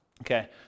Okay